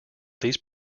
these